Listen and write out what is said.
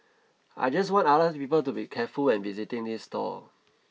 I just want others people to be careful when visiting this stall